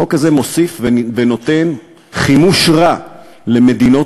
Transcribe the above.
החוק הזה מוסיף ונותן חימוש רע למדינות